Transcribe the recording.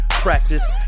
practice